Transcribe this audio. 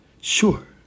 Sure